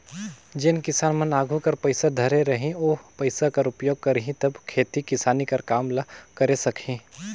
जेन किसान मन आघु कर पइसा धरे रही ओ पइसा कर उपयोग करही तब खेती किसानी कर काम ल करे सकही